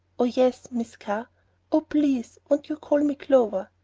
oh, yes! miss carr oh, please, won't you call me clover?